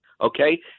okay